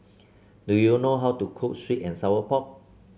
do you know how to cook sweet and Sour Pork